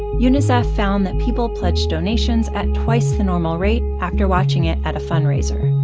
unicef found that people pledged donations at twice the normal rate after watching it at a fundraiser.